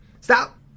Stop